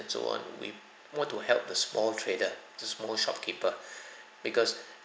so on we want to help the small trader the small shopkeeper because